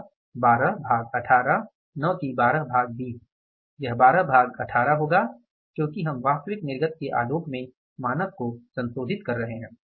अतः 12 भाग 18 न की 12 भाग 20 यह 12 भाग 18 होगा क्योंकि हम वास्तविक निर्गत के आलोक में मानक को संशोधित कर रहे हैं